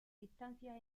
distancias